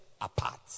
apart